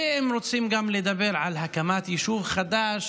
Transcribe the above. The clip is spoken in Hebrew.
ואם רוצים גם לדבר על הקמת יישוב חדש,